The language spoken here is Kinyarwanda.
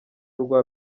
rwa